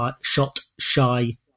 shot-shy